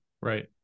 Right